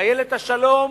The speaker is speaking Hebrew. "טיילת השלום"